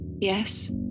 Yes